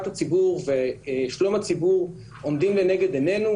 הציבור ושלום הציבור עומדים לנגד עינינו.